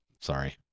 Sorry